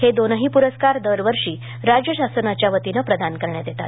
हे दोन्ही प्रस्कार दरवर्षी राज्य शासनाच्या वतीने प्रदान करण्यात येतात